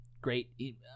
great